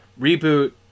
reboot